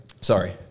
Sorry